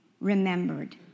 remembered